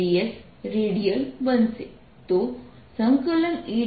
ds radial બનશે